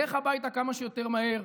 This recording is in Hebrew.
לך הביתה כמה שיותר מהר.